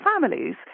families